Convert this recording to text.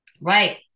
Right